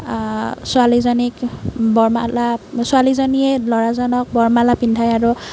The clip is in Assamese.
ছোৱালীজনীক বৰমালা ছোৱালীজনীয়ে ল'ৰাজনক বৰমালা পিন্ধায় আৰু